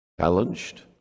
challenged